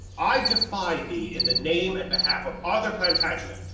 i defy thee in the name and behalf of arthur plantagenet,